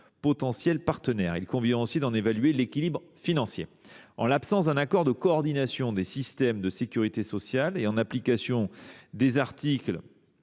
potentiel partenaire. Il convient aussi d’en évaluer l’équilibre financier. En l’absence d’un accord de coordination des systèmes de sécurité sociale et en application des articles